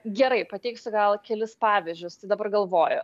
gerai pateiksiu gal kelis pavyzdžius tai dabar galvoju